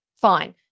fine